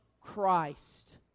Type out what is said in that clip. Christ